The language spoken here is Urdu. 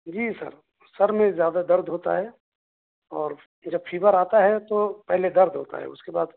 جی سر سر میں زیادہ درد ہوتا ہے اور جب فیور آتا ہے تو پہلے درد ہوتا ہے اس کے بعد